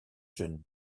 jeune